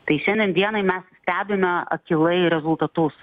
tai šiandien dienai mes stebime akylai rezultatus